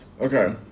Okay